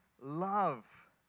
love